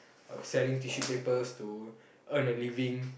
selling tissues papers to earn a living